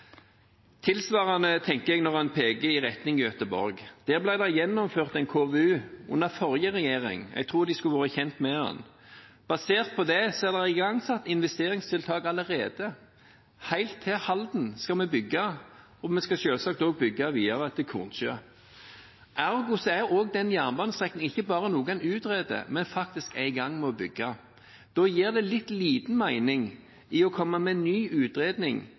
Tilsvarende tenker jeg når en peker i retning Göteborg. Her ble det gjennomført en KVU under forrige regjering. Jeg trodde de skulle være kjent med den. Basert på det er det igangsatt investeringstiltak allerede. Helt til Halden skal vi bygge, og vi skal selvsagt også bygge videre til Kornsjø. Ergo er også den jernbanestrekningen ikke bare noe en utreder, men faktisk er i gang med å bygge. Da gir det litt liten mening å komme med en ny utredning